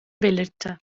belirtti